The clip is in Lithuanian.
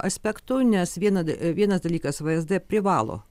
aspektų nes vienas vienas dalykas vsd privalo